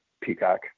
Peacock